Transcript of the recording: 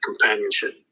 companionship